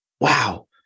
wow